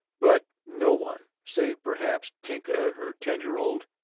but no one, save perhaps tinka her ten-year-old,